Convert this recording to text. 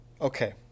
Okay